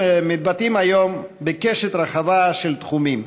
היום לידי ביטוי בקשת רחבה של תחומים,